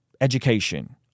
education